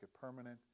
permanent